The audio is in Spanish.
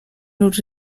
los